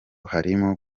harimo